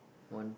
one